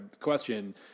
question